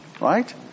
right